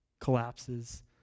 collapses